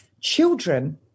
children